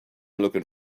looking